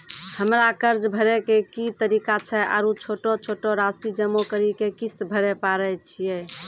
हमरा कर्ज भरे के की तरीका छै आरू छोटो छोटो रासि जमा करि के किस्त भरे पारे छियै?